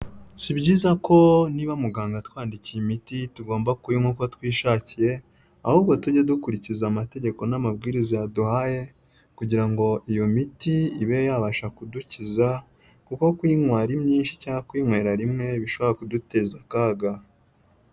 Si byiza ko niba muganga atwandikiye imiti tugomba kuyinywa uko twishakiye, ahubwo tujye dukurikiza amategeko n'amabwiriza yaduhaye kugira ngo iyo miti ibe yabasha kudukiza, kuko kuyinywa ari myinshi cyangwa kuyinywera rimwe bishobora kuduteza akaga.